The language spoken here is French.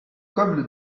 comme